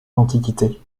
l’antiquité